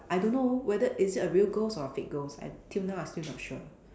I don't know whether is it a real ghost or a fake ghost I till now I still not sure